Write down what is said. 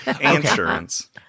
Insurance